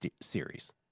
series